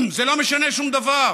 זה לא משנה שום דבר.